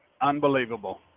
Unbelievable